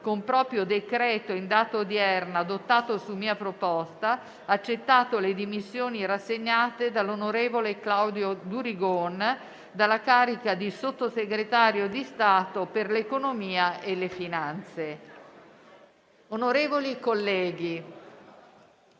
con proprio decreto in data odierna, adottato su mia proposta, ha accettato le dimissioni rassegnate dall'on. Claudio DURIGON dalla carica di Sottosegretario di Stato per l'Economia e le finanze. *F.to* Mario